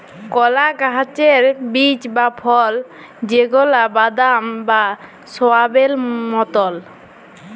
কলা গাহাচের বীজ বা ফল যেগলা বাদাম বা সয়াবেল মতল